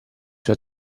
sua